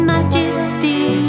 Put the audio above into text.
Majesty